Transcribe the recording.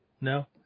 No